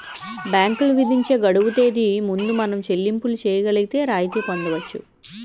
బ్యాంకులు విధించే గడువు తేదీ ముందు మనం చెల్లింపులు చేయగలిగితే రాయితీ పొందవచ్చు